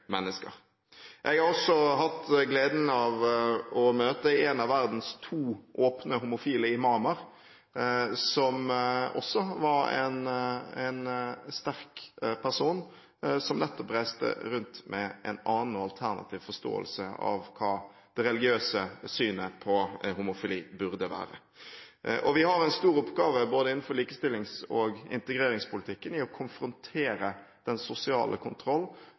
har også hatt gleden av å møte en av verdens to åpent homofile imamer, som også var en sterk person som nettopp reiste rundt med en annen og alternativ forståelse av hva det religiøse synet på homofili burde være. Vi har en stor oppgave innenfor likestillings- og integreringspolitikken i å konfrontere den sosiale kontroll